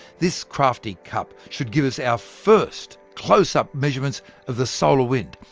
this crafty cup should give us our first close-up measurements of the solar wind.